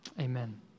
Amen